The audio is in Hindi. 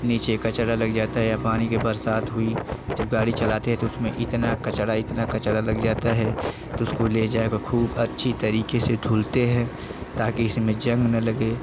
नीचे कचरा लग जाता है या पानी के बरसात हुई जब गाड़ी चलाते हैं तो उसमें इतना कचरा इतना कचरा लग जाता है तो उसको ले जाकर के ख़ूब अच्छी तरीक़े से धुलते हैं ताकि इसमें ज़ंग ना लगे